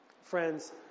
Friends